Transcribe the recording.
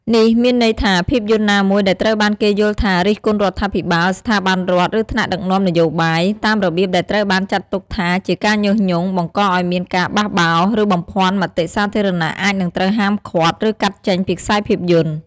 នេះមានន័យថា ភាពយន្តណាមួយដែលត្រូវបានគេយល់ថា រិះគន់រដ្ឋាភិបាល ស្ថាប័នរដ្ឋ ឬថ្នាក់ដឹកនាំនយោបាយ តាមរបៀបដែលត្រូវបានចាត់ទុកថាជាការញុះញង់ បង្កឲ្យមានការបះបោរ ឬបំភាន់មតិសាធារណៈ អាចនឹងត្រូវហាមឃាត់ ឬកាត់ចេញពីខ្សែភាពយន្ត។